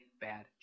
bad